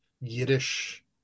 Yiddish